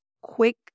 quick